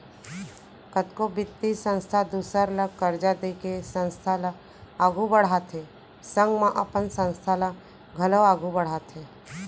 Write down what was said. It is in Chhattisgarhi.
कतको बित्तीय संस्था दूसर ल करजा देके संस्था ल आघु बड़हाथे संग म अपन संस्था ल घलौ आघु बड़हाथे